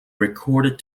recorded